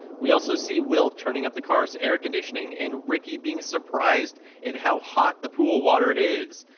we also see will turning up the car's air conditioning, and ricki being surprised at how hot the pool water is.